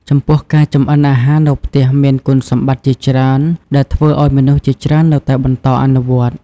ចំពោះ ការចម្អិនអាហារនៅផ្ទះមានគុណសម្បត្តិជាច្រើនដែលធ្វើឱ្យមនុស្សជាច្រើននៅតែបន្តអនុវត្ត។